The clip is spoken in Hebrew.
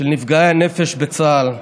של נפגעי הנפש בצה"ל,